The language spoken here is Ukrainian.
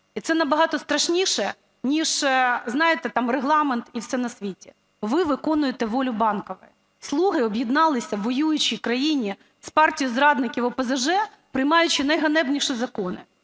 І це набагато страшніше, ніж, знаєте, там Регламент і все на світі. Ви виконуєте волю Банкової. "Слуги" об'єдналися у воюючій країні з партією зрадників ОПЗЖ, приймаючи найганебніші закони,